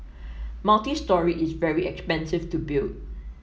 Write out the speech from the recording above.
multistory is very expensive to build